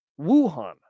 Wuhan